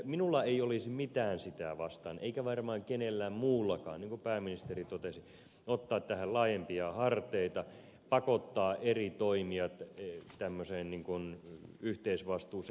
minulla ei olisi mitään sitä vastaan eikä varmaan kellään muullakaan niin kun pääministeri totesi että otetaan tähän laajempia harteita pakotetaan eri toimijat yhteisvastuuseen